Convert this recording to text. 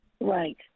Right